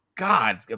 God